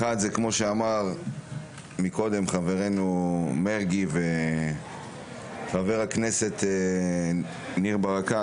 כמו שאמרו חברי הכנסת מרגי וניר ברקת,